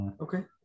Okay